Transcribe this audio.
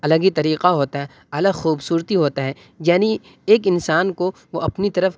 الگ ہی طریقہ ہوتا ہے الگ خوبصورتی ہوتا ہے یعنی ایک انسان کو وہ اپنی طرف